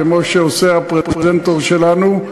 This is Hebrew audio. כמו שעושה הפרזנטור שלנו,